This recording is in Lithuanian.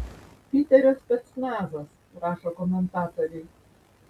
piterio specnazas rašo komentatoriai